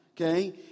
okay